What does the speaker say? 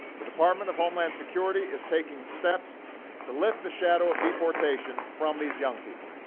the department of homeland security is taking steps to lift the shadow of deportation from these young people